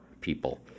people